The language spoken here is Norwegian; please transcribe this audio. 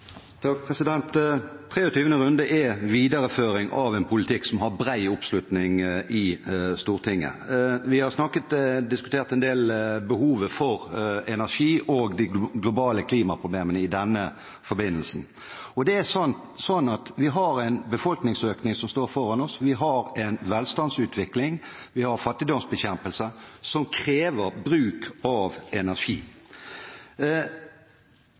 videreføring av en politikk som har bred oppslutning i Stortinget. Vi har diskutert behovet for energi og de globale klimaproblemene i den forbindelse. Vi står foran befolkningsøkning, velstandsutvikling og fattigdomsbekjempelse – som krever bruk av energi. Det å bruke energi gir tilgang på varer og tjenester som